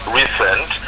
recent